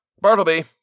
Bartleby